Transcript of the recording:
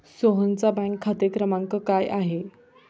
सोहनचा बँक खाते क्रमांक काय आहे?